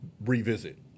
revisit